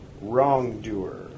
wrongdoer